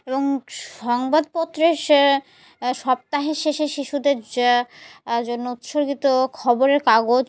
এবং সংবাদপত্রের সে সপ্তাহের শেষে শিশুদের যা জন্য উৎসর্গিত খবরের কাগজ